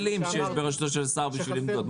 צביקה, מה הכלים שיש ברשות השר בשביל לבדוק?